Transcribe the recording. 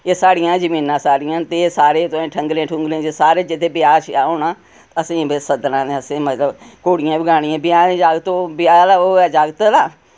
एह् साढ़ियां जमीनां सारियां न ते एह् सारे तुसें ठंगलें ठुंगलें च सारे जिदै ब्याह् श्याह् होना असें बे सददना असें मतलब घोड़ियां बी गानियां ब्याह् दे जाकत ओ ब्याह् आह्ला ओह् जागत आह्ला